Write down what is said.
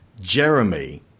Jeremy